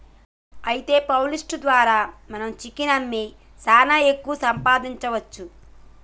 అయితే పౌల్ట్రీ ద్వారా మనం చికెన్ అమ్మి సాన ఎక్కువ సంపాదించవచ్చు